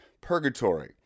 purgatory